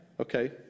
Okay